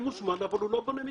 הוא מוזמן אבל הוא לא בונה מקצועי.